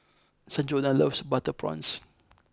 Sanjuana loves butter prawns